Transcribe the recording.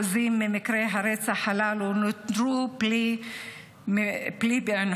ממקרי הרצח הללו נותרו בלי פענוחים.